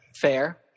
fair